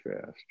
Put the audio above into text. fast